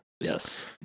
Yes